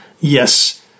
yes